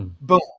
Boom